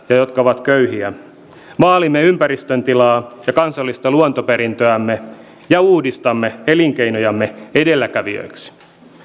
jotka ovat köyhiä vaalimme ympäristön tilaa ja kansallista luontoperintöämme ja uudistamme elinkeinojamme edelläkävijöiksi